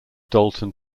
dalton